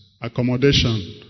accommodation